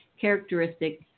characteristic